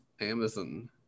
Amazon